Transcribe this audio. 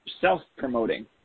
self-promoting